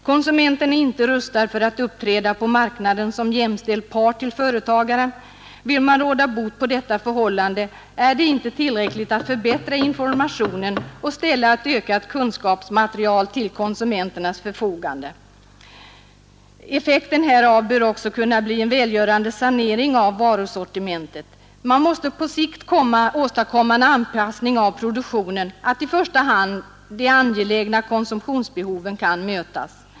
Konsumenten är inte rustad för att uppträda på marknaden som jämställd part till företagaren. Vill man råda bot på detta missförhållande är det inte tillräckligt att förbättra informationen och ställa ett ökat kunskapsmaterial till konsumenternas förfogande. Till skydd för konsumenten måste samhället ingripa mot osunda affärsmetoder, försäljningsjippon och vilseledande reklam. Effekten härav bör också kunna bli en välgörande sanering av varusortimentet. Vi måste på sikt åstadkomma en sådan anpassning av produktionen att i första hand de angelägna konsumtionsbehoven kan mötas.